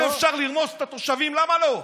אם אפשר לרמוס את התושבים, למה לא?